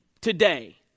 today